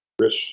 Chris